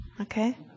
okay